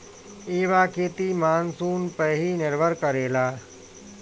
इहवा खेती मानसून पअ ही निर्भर करेला